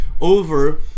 over